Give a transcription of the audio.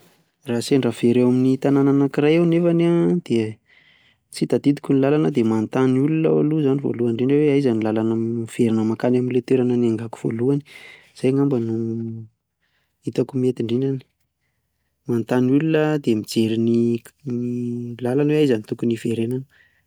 Raha sendra very eo amin'ny tanàna anakiray aho nefa ny, tsy tadidiko ny làlana dia manontany ny olona aho aloha zany voalohany indrindra hoe aiza ny làlana miverina any amin'ilay toerana niaingako voalohany izay angamba no, hitako mety indrindrany, manontany olona dia mijery ny làlana hoe aiza no tokony hiverenana.